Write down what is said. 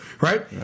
Right